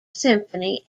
symphony